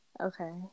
Okay